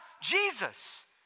Jesus